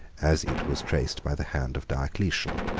as it was traced by the hand of diocletian.